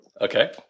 Okay